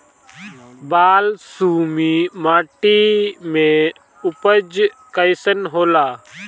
बालसुमी माटी मे उपज कईसन होला?